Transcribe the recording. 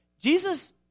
Jesus